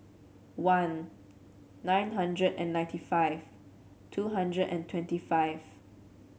one nine hundred and ninety five two hundred and twenty five